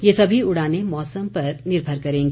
ये सभी उड़ानें मौसम पर निर्भर करेंगी